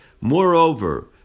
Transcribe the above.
Moreover